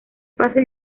fácil